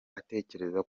atekereza